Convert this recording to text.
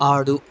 ఆడు